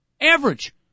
Average